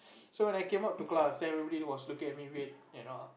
so when I came up to class then everybody was looking at me weird you know